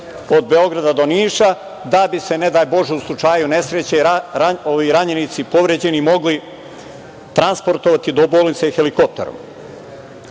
od Beograda do Niša, da bi se ne daj Bože u slučaju nesreće ranjenici, povređeni mogli transportovati do bolnice helikopterom. Dana